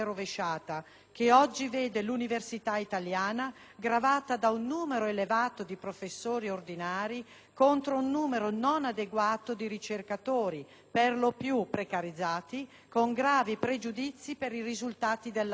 che oggi vede l'università italiana gravata da un numero elevato di professori ordinari contro un numero non adeguato di ricercatori, per lo più precarizzati, con gravi pregiudizi per i risultati della ricerca.